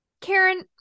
Karen